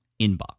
inbox